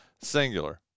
singular